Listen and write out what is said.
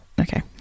Okay